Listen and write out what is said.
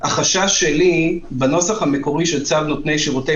החשש שלי בנוסח המקורי של צו נותני שירותי